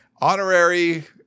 honorary